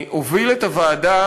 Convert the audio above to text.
הוביל את הוועדה